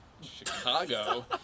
Chicago